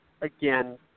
Again